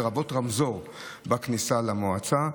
לרבות רמזור בכניסה למועצה.